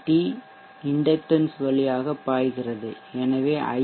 D inductance வழியாக பாய்கிறது எனவே ஐ